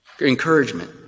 encouragement